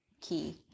key